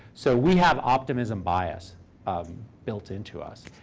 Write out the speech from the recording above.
so we have optimism bias um built into us.